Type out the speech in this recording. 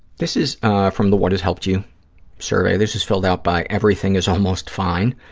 this is from the what has helped you survey. this is filled out by everything is almost fine.